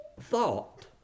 thought